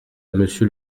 monsieur